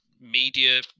media